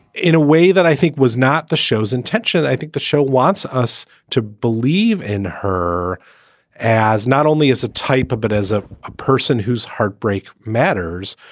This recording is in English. in a way that i think was not the show's intention. i think the show wants us to believe in her as not only as a type of but as a a person whose heartbreak matters.